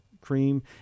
cream